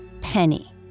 Penny